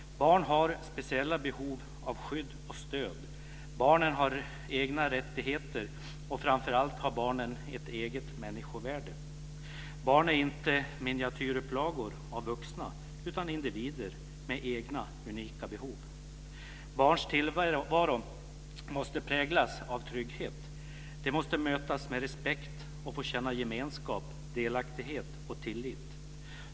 Barn har speciella behov av skydd och stöd. Barnen har egna rättigheter, och framför allt har barnen ett eget människovärde. Barn är inte miniatyrupplagor av vuxna utan individer med egna unika behov. Barns tillvaro måste präglas av trygghet. De måste mötas med respekt och få känna gemenskap, delaktighet och tillit.